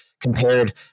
compared